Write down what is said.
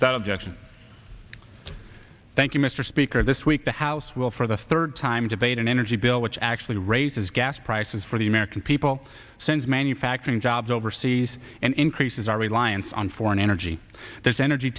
without objection thank you mr speaker this week the house will for the third time debate an energy bill which actually raises gas prices for the american people sends manufacturing jobs overseas and increases our reliance on foreign energy there's energy